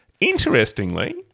Interestingly